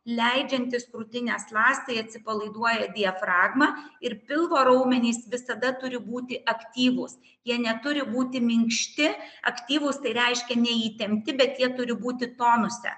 leidžiantis krūtinės ląstai atsipalaiduoja diafragma ir pilvo raumenys visada turi būti aktyvūs jie neturi būti minkšti aktyvūs tai reiškia neįtempti bet jie turi būti tonuse